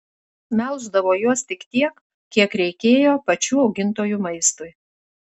melždavo juos tik tiek kiek reikėjo pačių augintojų maistui